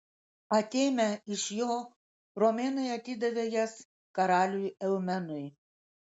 atėmę iš jo romėnai atidavė jas karaliui eumenui